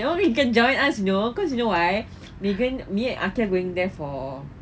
you know you can join us you know cause you know what megan me and aqil are going there for